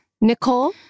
Nicole